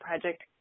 project